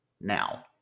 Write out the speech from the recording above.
Now